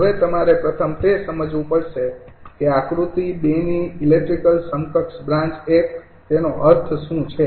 હવે તમારે પ્રથમ તે સમજવું પડશે કે આકૃતિ ૨ ની ઇલેક્ટ્રિકલ સમકક્ષ બ્રાન્ચ ૧ તેનો અર્થ શું છે